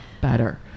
better